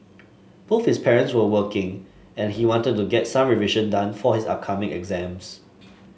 both his parents were working and he wanted to get some revision done for his upcoming exams